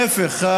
ההפך,